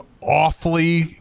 awfully